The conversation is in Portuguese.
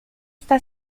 está